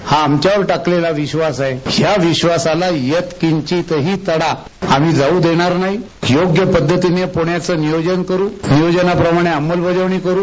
हा आमच्यावर टाकलेला विधास आहे या विधासाला यत्किंचीतही तडा आम्ही जाऊ देणार नाही योग्य पद्धतीने पुण्याच नियोजन करू नियोजनाप्रमाणे अमल बजावणी करू